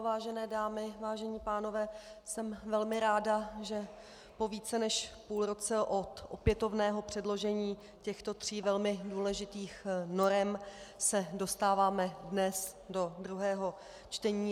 Vážené dámy, vážení pánové, jsem velmi ráda, že po více než půl roce od opětovného předložení těchto tří velmi důležitých norem se dostáváme dnes do druhého čtení.